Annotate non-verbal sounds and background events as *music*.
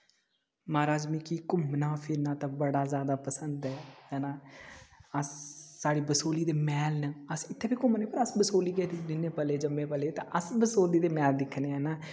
म्हाराज मिगी घूमना फिरना तां बड़ा ज्यादा पसंद ऐ ऐ ना अस साढ़ी बसोह्ली दे मैह्ल न अस इत्थें बी घूमने पर अस बसोह्ली च *unintelligible* जम्मे पले ते अस बसोह्ली दे मैह्ल दिक्खने आं